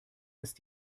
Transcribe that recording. ist